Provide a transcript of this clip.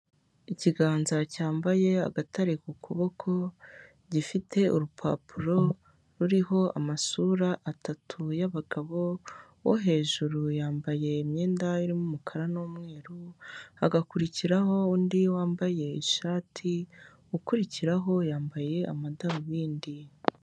Ikiganza cyambaye agatare ku kuboko, gifite urupapuro ruriho amasura atatu y'abagabo, uwo hejuru yambaye imyenda irimo umukara n'umweru, hagakurikiraho undi wambaye ishati, ukurikiraho yambaye amadarubindi.